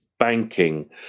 banking